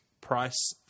price